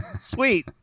Sweet